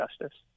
justice